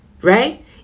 right